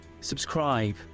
subscribe